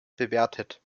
bewertet